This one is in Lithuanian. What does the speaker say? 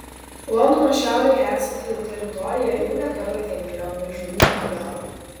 londono šiaurėje esanti teritorija jau ne kartą kentėjo nuo įžūlių chuliganų